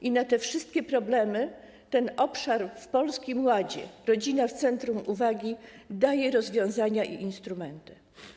I na te wszystkie problemy ten obszar w Polskim Ładzie, rodzina w centrum uwagi, daje rozwiązania i instrumenty.